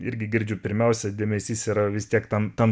irgi girdžiu pirmiausia dėmesys yra vis tiek tam tam